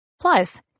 Plus